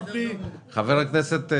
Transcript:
בצפית עברו שנתיים.